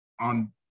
on